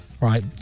Right